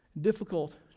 difficult